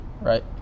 Right